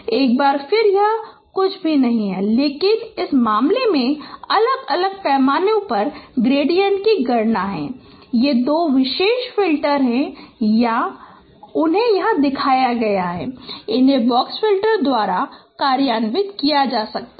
एक बार फिर यह कुछ भी नहीं है लेकिन इस मामले में अलग अलग पैमानों पर ग्रेडिएंट की गणना है तो ये दो विशेष फ़िल्टर हैं और जिन्हें यहाँ दिखाया गया है और इन्हें बॉक्स फ़िल्टर द्वारा कार्यान्वित किया जा सकता है